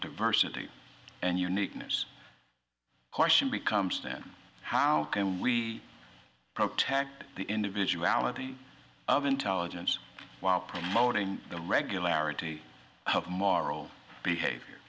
diversity and uniqueness question becomes then how can we protect the individuality of intelligence while promoting the regularity of moral behavior